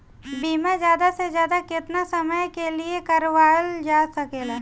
बीमा ज्यादा से ज्यादा केतना समय के लिए करवायल जा सकेला?